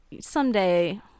someday